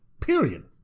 Period